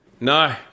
No